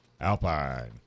Alpine